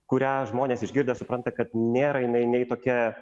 kurią žmonės išgirdę supranta kad nėra jinai nei tokia